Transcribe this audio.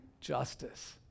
justice